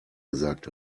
gesagt